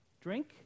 drink